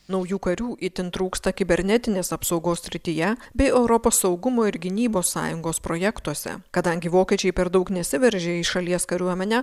naujų karių itin trūksta kibernetinės apsaugos srityje bei europos saugumo ir gynybos sąjungos projektuose kadangi vokiečiai per daug nesiveržia į šalies kariuomenę